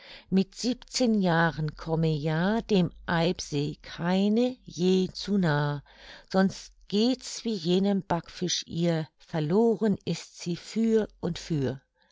mit siebzehn jahren komme ja dem eibsee keine je zu nah sonst geht's wie jenem backfisch ihr verloren ist sie für und für